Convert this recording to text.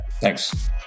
Thanks